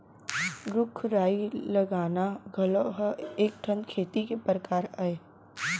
रूख राई लगाना घलौ ह एक ठन खेती के परकार अय